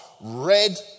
red